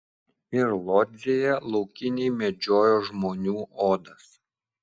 ir lodzėje laukiniai medžiojo žmonių odas